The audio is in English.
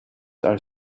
are